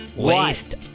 Waste